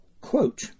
quote